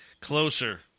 closer